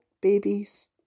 babies